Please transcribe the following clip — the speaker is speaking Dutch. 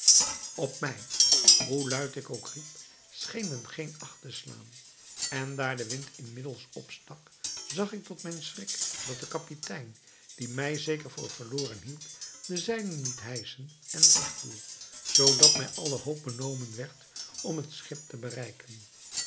op mij hoe luid ik ook riep scheen men geen acht te slaan en daar de wind inmiddels opstak zag ik tot mijn schrik dat de kapitein die mij zeker voor verloren hield de zeilen liet hijschen en wegvoer zoodat mij alle hoop benomen werd om het schip te bereiken